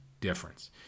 difference